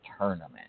Tournament